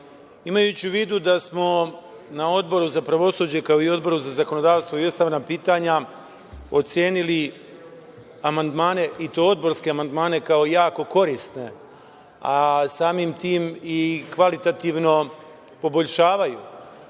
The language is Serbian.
u vidu da smo na Odboru za pravosuđe, kao i Odboru za zakonodavstvo i ustavna pitanja, ocenili amandmane i to odborske amandmane kao jako korisne, a samim tim i kvalitativno poboljšavaju